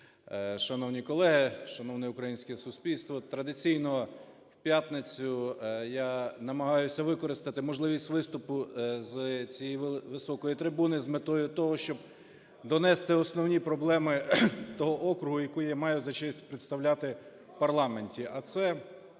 Шановні колеги, шановне українське суспільство! Традиційно в п'ятницю я намагаюсь використати можливість виступу з цієї високої трибуни з метою того, щоб донести основні проблеми того округу, який я маю за честь представляти в парламенті.